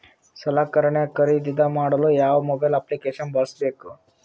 ಸಲಕರಣೆ ಖರದಿದ ಮಾಡಲು ಯಾವ ಮೊಬೈಲ್ ಅಪ್ಲಿಕೇಶನ್ ಬಳಸಬೇಕ ತಿಲ್ಸರಿ?